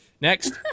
Next